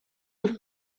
you